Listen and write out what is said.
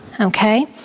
Okay